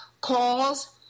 calls